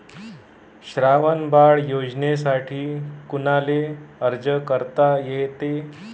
श्रावण बाळ योजनेसाठी कुनाले अर्ज करता येते?